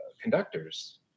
conductors